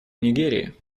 нигерии